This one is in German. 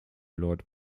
lord